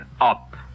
up